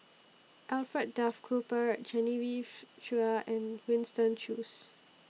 Alfred Duff Cooper Genevieve Chua and Winston Choos